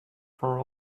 for